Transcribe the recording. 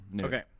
Okay